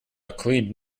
clean